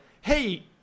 hey